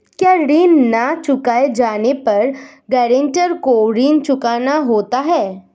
क्या ऋण न चुकाए जाने पर गरेंटर को ऋण चुकाना होता है?